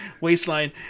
waistline